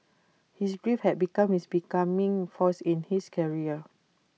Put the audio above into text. his grief had become his becoming force in his career